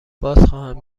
بازخواهم